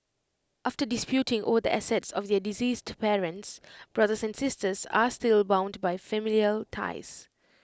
after disputing over the assets of their deceased parents brothers and sisters are still bound by familial ties